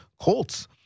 Colts